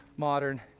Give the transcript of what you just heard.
Modern